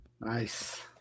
Nice